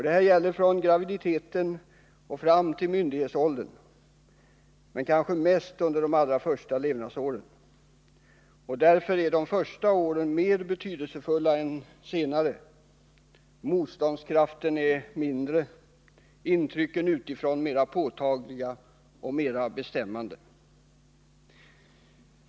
Det gäller från fosterstadiet och fram till myndighetsåldern, men kanske mest under de allra första levnadsåren. Därför är de första åren mer betydelsefulla än de senare. Motståndskraften är mindre, intrycken utifrån mera påtagliga och bestämmande.